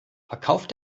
verkauft